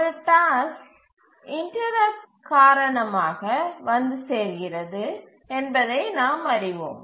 ஒரு task interrupt காரணமாக வந்து சேர்கிறது என்பதை நாம் அறிவோம்